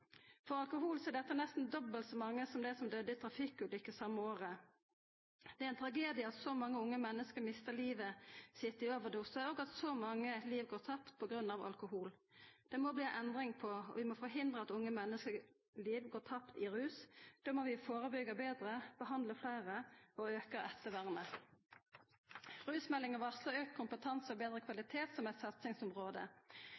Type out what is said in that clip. For alkohol er dette nesten dobbelt så mange som det døydde i trafikkulykker same året. Det er ein tragedie at så mange unge menneske mistar livet sitt i overdosar, og at så mange liv går tapt på grunn av alkohol. Dette må det bli ei endring på, og vi må hindra at unge menneske sine liv går tapt i rus. Da må vi førebyggja betre, behandla fleire og auka ettervernet. Rusmeldinga varslar auka kompetanse og betre